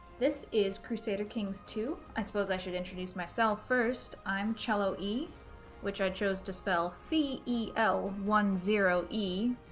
this is crusader kings two. i suppose i should introduce myself first i'm cello-e, which i chose to spell c e l one zero e,